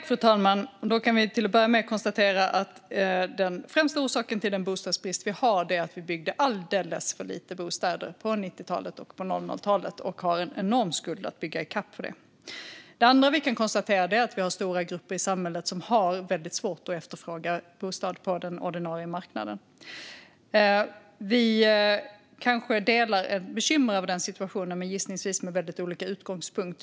Fru talman! Vi kan till att börja med konstatera att den främsta orsaken till den bostadsbrist vi har är att vi byggde alldeles för lite bostäder på 90talet och 00-talet och har en enorm skuld att bygga i kapp för det. Det andra vi kan konstatera är att vi har stora grupper i samhället som har väldigt svårt att efterfråga bostad på den ordinarie marknaden. Vi kanske delar ett bekymmer över den situationen, gissningsvis med väldigt olika utgångspunkt.